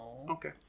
Okay